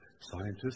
Scientists